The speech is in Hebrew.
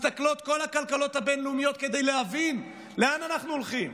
מסתכלות כל הכלכלות הבין-לאומיות כדי להבין לאן אנחנו הולכים,